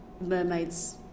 Mermaids